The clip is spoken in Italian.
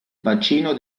bacino